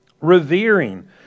Revering